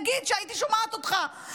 נגיד שהייתי שומעת אותך.